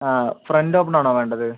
ആ front open ആണോ വേണ്ടത്